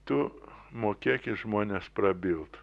tu mokėk į žmones prabilt